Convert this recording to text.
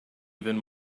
even